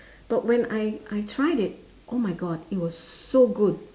but when I I tried it oh my god it was so good